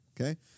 Okay